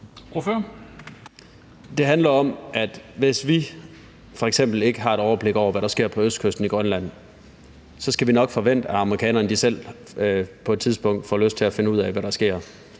Det handler om, at hvis vi f.eks. ikke har et overblik over, hvad der sker på østkysten i Grønland, så skal vi nok forvente, at amerikanerne selv på et tidspunkt får lyst til at finde ud af, hvad der sker.